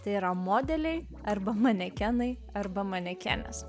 tai yra modeliai arba manekenai arba manekenės